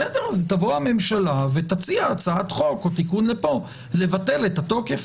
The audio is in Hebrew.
אז תבוא הממשלה ותציע הצעת חוק או תיקון כאן לבטל את התוקף.